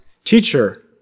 Teacher